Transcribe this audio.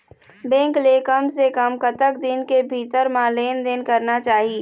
Bank ले कम से कम कतक दिन के भीतर मा लेन देन करना चाही?